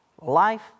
life